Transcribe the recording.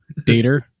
Dater